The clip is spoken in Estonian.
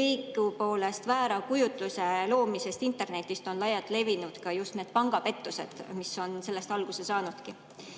Õigupoolest on väära kujutluse loomine internetis laialt levinud, näiteks just pangapettused, mis on sellest alguse saanudki.